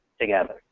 together